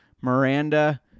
Miranda